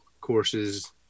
courses